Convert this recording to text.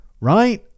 right